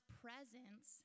presence